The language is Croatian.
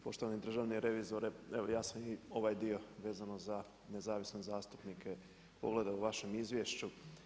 Poštovani državni revizore, evo ja sam i ovaj dio vezano za nezavisne zastupnike pogledao u vašem izvješću.